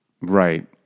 Right